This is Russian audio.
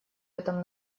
этом